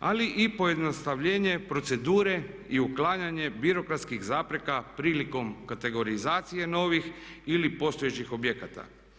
ali i pojednostavljenje procedure i uklanjanje birokratskih zapreka prilikom kategorizacije novih ili postojećih objekata.